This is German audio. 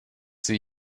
sie